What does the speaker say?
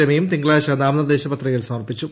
രമയും തിങ്കളാഴ്ച നാമനിർദ്ദേശപത്രികകൾ സമർപ്പിച്ചു